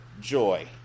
joy